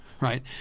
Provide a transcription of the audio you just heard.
right